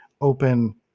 open